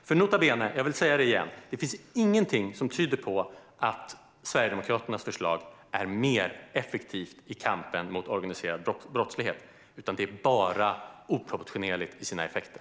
Nota bene - jag vill säga det igen - det finns ingenting som tyder på att Sverigedemokraternas förslag är mer effektivt i kampen mot organiserad brottslighet, utan det är bara oproportionerligt i sina effekter.